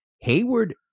Hayward